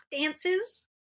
dances